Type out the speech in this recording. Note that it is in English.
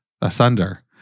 asunder